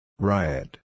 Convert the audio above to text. Riot